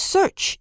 Search